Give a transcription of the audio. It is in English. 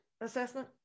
assessment